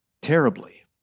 terribly